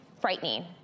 frightening